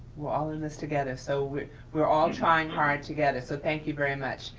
we're all in this together. so we were all trying hard together. so thank you very much,